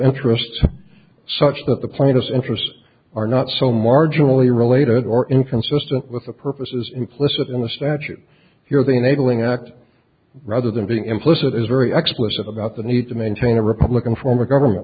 interest such that the plaintiff interests are not so marginally related or inconsistent with the purposes implicit in the statute here the neighboring act rather than being implicit is very explicit about the need to maintain a republican form of government